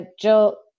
Jill